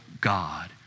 God